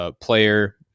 Player